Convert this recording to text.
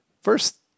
First